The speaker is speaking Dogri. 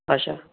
अच्छा